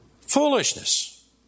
Foolishness